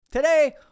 Today